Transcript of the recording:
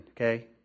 okay